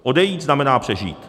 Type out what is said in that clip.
Odejít znamená přežít.